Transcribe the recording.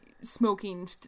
smoking